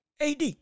AD